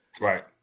Right